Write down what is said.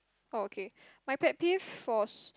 oh okay my pet peeve for s~